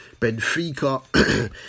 Benfica